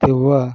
तेव्हा